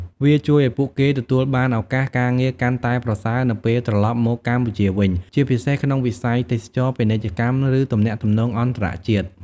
វាជួយឱ្យពួកគេទទួលបានឱកាសការងារកាន់តែប្រសើរនៅពេលត្រឡប់មកកម្ពុជាវិញ ជាពិសេសក្នុងវិស័យទេសចរណ៍ ពាណិជ្ជកម្ម ឬទំនាក់ទំនងអន្តរជាតិ។